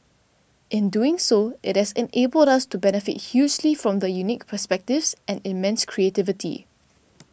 in doing so it has enabled us to benefit hugely from the unique perspectives and immense creativity